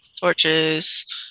torches